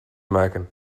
maken